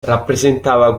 rappresentava